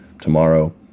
tomorrow